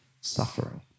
suffering